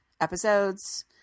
episodes